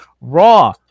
Raw